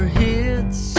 hits